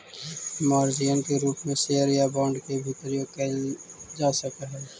margin के रूप में शेयर या बांड के भी प्रयोग करल जा सकऽ हई